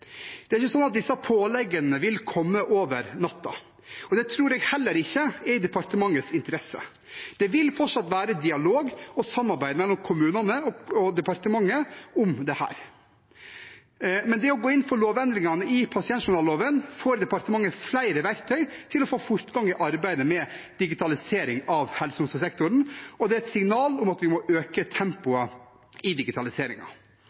Det er ikke slik at disse påleggene vil komme over natten, og det tror jeg heller ikke er i departementets interesse. Det vil fortsatt være dialog og samarbeid mellom kommunene og departementet om dette. Men ved å gå inn for lovendringene i pasientjournalloven får departementet flere verktøy til å få fortgang i arbeidet med digitalisering av helse- og omsorgssektoren, og det er et signal om at vi må øke tempoet i